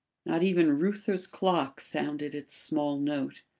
not even reuther's clock sounded its small note.